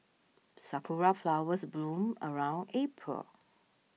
sakura flowers bloom around April